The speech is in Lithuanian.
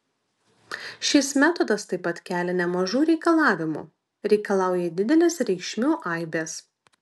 šis metodas taip pat kelia nemažų reikalavimų reikalauja didelės reikšmių aibės